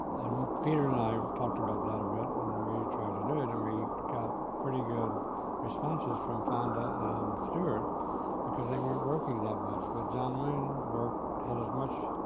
and peter and i talked about that a bit and and we tried to do it and we got pretty good responses from fonda and stewart because they weren't working that much, but john wayne had as much